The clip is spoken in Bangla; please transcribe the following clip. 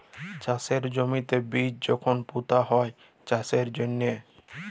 চাষের জমিতে বীজ যখল পুঁতা হ্যয় চাষের জ্যনহে